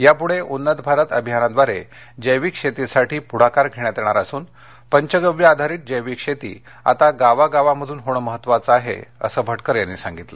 यापुढे उन्नत भारत अभियानाद्वारे जैविक शेतीसाठी पुढाकार घेण्यात येणार असून पंचगव्य आधारित जैविक शेती आता गावागावामधून होणे महत्त्वाये आहे असं भटकर यांनी सांगितलं